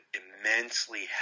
immensely